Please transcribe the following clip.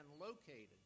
located